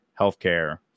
healthcare